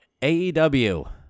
AEW